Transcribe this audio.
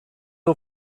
heu